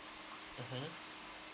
mmhmm